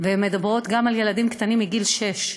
והן משפיעות גם על ילדים קטנים מגיל שש.